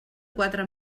quatre